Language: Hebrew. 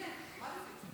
הינה, עמדתי.